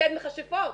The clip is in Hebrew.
צייד מכשפות?